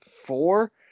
four